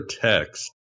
text